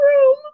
room